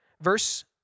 Verse